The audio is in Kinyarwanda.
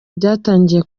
byatangiye